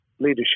leadership